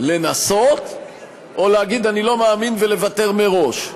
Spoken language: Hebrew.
לנסות או להגיד אני לא מאמין ולוותר מראש?